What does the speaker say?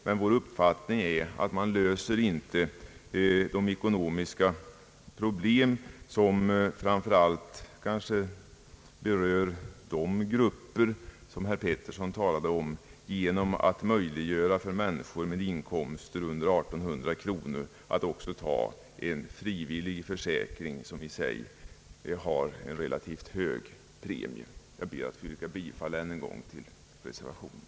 Men vår uppfattning är att man inte löser de ekonomiska problem, som framför allt kanske berör de grupper herr Pettersson talade om, genom att möjliggöra för människor med inkomster under 1800 kronor att också ta en frivillig försäkring, som har en relativt hög premie. Jag ber att ännu en gång få yrka bifall till reservationen.